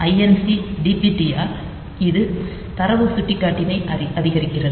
INC DPTR இது தரவு சுட்டிக்காட்டினை அதிகரிக்கிறது